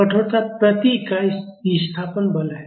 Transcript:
कठोरता प्रति इकाई विस्थापन बल है